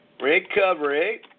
recovery